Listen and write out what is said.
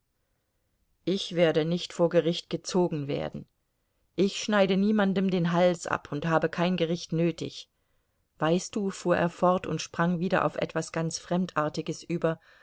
ich werde nicht vor gericht gezogen werden ich schneide niemandem den hals ab und habe kein gericht nötig weißt du fuhr er fort und sprang wieder auf etwas ganz fremdartiges über